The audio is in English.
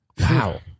Wow